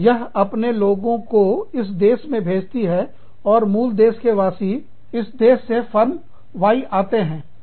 यह अपने लोगों को इस देश में भेजती है और मूल देश के वासी इस देश से फर्म Y आते हैं